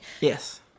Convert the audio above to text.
Yes